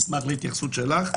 אשמח להתייחסות שלך.